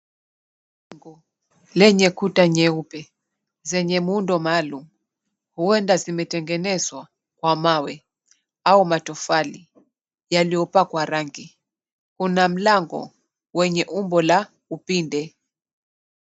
Jengo lenye kuta nyeupe zenye muundo maalum huenda zimetengenezwa kwa mawe au matofali yaliyopakwa rangi. Kuna mlango wenye umbo la upinde.